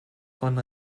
von